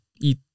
eat